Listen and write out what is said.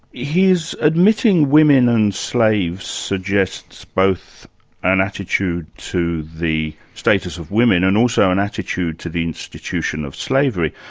his admitting women and slaves suggests both an attitude to the status of women and also an attitude to the institution of slavery.